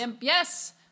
Yes